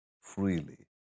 Freely